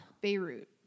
Beirut